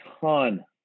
ton